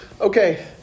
Okay